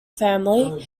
family